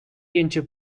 into